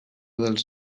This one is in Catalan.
dels